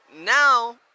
now